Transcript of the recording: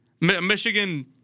Michigan